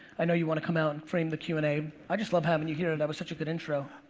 i know you wanna come out and frame the q and a. i just love having you here. that was such a good intro. oh,